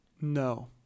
No